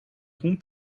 com